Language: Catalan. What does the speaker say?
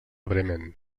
bremen